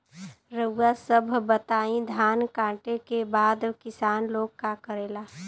रउआ सभ बताई धान कांटेके बाद किसान लोग का करेला?